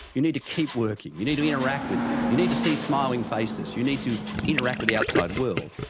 you need to keep working, you need to interact with people, you need to see smiling faces, you need to interact with the outside world.